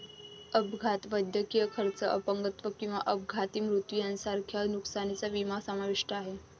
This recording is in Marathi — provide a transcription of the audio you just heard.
अपघात, वैद्यकीय खर्च, अपंगत्व किंवा अपघाती मृत्यू यांसारख्या नुकसानीचा विमा समाविष्ट आहे